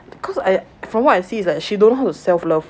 because I from what I see is like she don't know how to self love